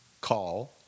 Call